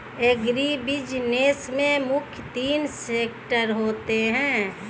agribusiness में मुख्य तीन सेक्टर होते है